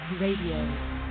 Radio